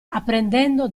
apprendendo